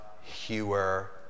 hewer